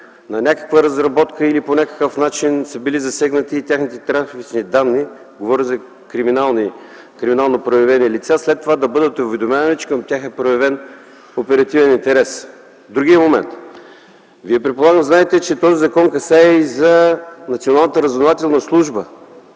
обект на разработка или по някакъв начин са засегнати техните трафични данни, говоря за криминално проявени лица, след това да бъдат уведомявани, че към тях е проявен оперативен интерес?! Другият момент, Вие предполагам знаете, че този закон касае и Националната разузнавателна служба.